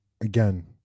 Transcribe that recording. again